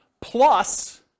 plus